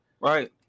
right